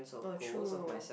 oh true